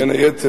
בין היתר,